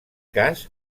cas